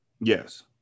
Yes